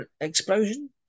explosion